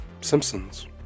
Simpsons